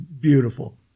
beautiful